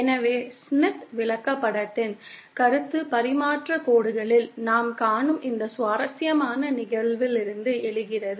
எனவே ஸ்மித் விளக்கப்படத்தின் கருத்து பரிமாற்றக் கோடுகளில் நாம் காணும் இந்த சுவாரஸ்யமான நிகழ்விலிருந்து எழுகிறது